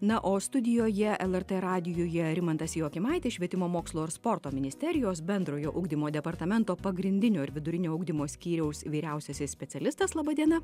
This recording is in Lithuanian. na o studijoje lrt radijuje rimantas jokimaitis švietimo mokslo ir sporto ministerijos bendrojo ugdymo departamento pagrindinio ir vidurinio ugdymo skyriaus vyriausiasis specialistas laba diena